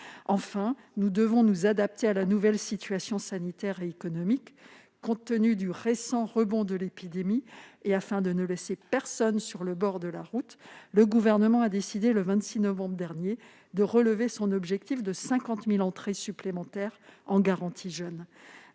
Enfin, nous devons nous adapter à la nouvelle situation sanitaire et économique. Compte tenu du récent rebond de l'épidémie et afin de ne laisser personne sur le bord de la route, le Gouvernement a décidé, le 26 novembre dernier, de relever son objectif de 50 000 entrées supplémentaires en garantie jeunes.